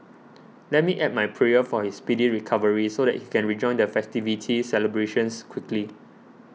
let me add my prayer for his speedy recovery so that he can rejoin the festivity celebrations quickly